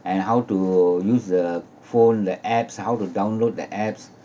and how to use the phone the apps how to download the apps